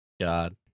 God